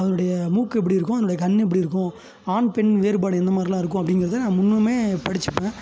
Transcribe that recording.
அதனுடைய மூக்கு எப்படி இருக்கும் அதனுடைய கண்ணு எப்படி இருக்கும் ஆண் பெண் வேறுபாடு இந்த மாதிரிலாம் இருக்கும் அப்டிங்குறதை நான் முன்னமே படிச்சுப்பேன்